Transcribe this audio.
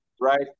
right